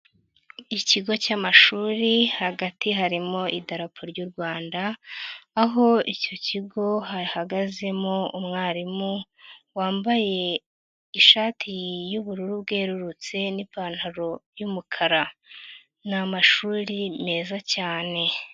Ikigo cy'amashuri hagati harimo idarapo ry'u Rwanda, aho icyo kigo hahagazemo umwarimu wambaye ishati y'ubururu bwerurutse n'ipantaro y'umukara. Ni amashuri meza cyane.